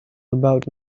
about